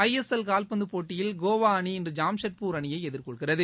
ஐ S L காவ்பந்து போட்டியில் கோவா அணி இன்று ஜாம்ஷெட்பூர் அணியை எதிர்கொள்கிறது